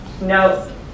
No